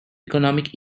economic